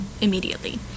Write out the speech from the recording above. immediately